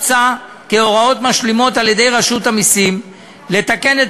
הוצע כהוראות משלימות על-ידי רשות המסים לתקן את